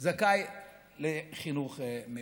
זכאים לחינוך מיוחד,